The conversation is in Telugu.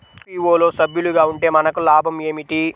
ఎఫ్.పీ.ఓ లో సభ్యులుగా ఉంటే మనకు లాభం ఏమిటి?